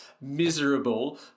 miserable